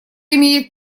имеет